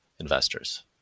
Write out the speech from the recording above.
investors